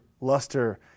luster